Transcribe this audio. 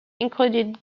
including